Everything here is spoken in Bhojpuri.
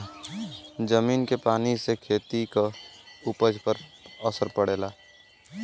जमीन के पानी से खेती क उपज पर असर पड़ेला